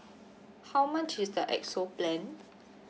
how much is the X_O plan